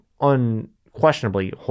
unquestionably